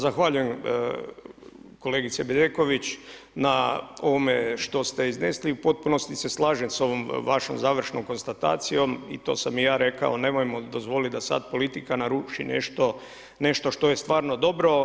Zahvaljujem kolegice Bedeković na ovome što ste iznesli, u potpunosti se slažem s ovom vašom završnom konstatacijom i to sam i ja rekao, nemojmo dozvoliti da sad politika naruši nešto što je stvarno dobro.